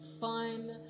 fun